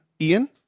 Ian